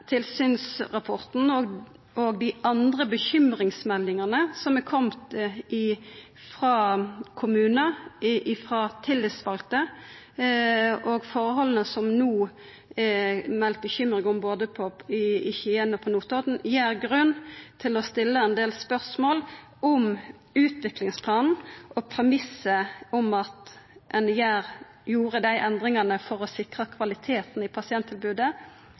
tilsynsrapporten og dei andre bekymringsmeldingane som er komne frå kommunar og frå tillitsvalde, og forholda som det no er meldt bekymring om, både i Skien og på Notodden, gir grunn til å stilla spørsmål ved om utviklingsplanen og premissen om at ein gjorde desse endringane for å sikra kvaliteten i pasienttilbodet,